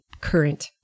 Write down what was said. current